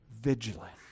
Vigilant